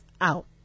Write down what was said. out